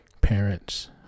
parents